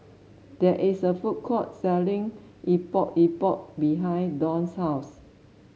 there is a food court selling Epok Epok behind Dawn's house